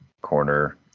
corner